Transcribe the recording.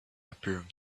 appeared